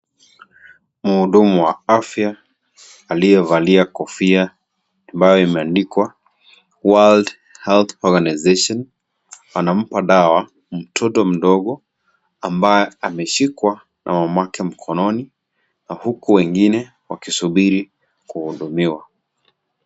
Mhudumu wa afya, aliyevalia kofia ambayo imeandikwa, World Health Organization, ana madawa .Mtoto mdogo ambaye ameshikwa na mamake mkononi na huku wengine wakisubiri kuhudumiwa.